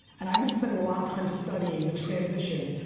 and i've been spending a lot of time studying the transition,